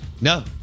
No